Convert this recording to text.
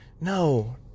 no